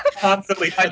Constantly